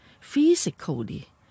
physically